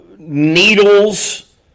Needles